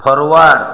forward